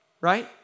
right